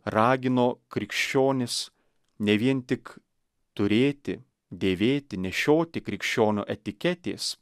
ragino krikščionis ne vien tik turėti dėvėti nešioti krikščionio etiketės